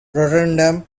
rotterdam